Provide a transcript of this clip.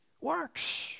works